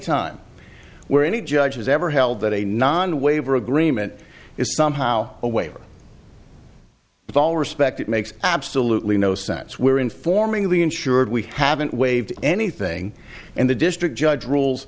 time where any judge has ever held that a non waiver agreement is somehow a waiver of all respect it makes absolutely no sense we're informing the insured we haven't waived anything and the district judge rules